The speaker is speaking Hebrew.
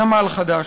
נמל חדש.